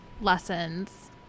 lessons